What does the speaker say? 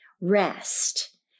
rest